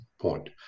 point